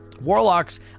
warlocks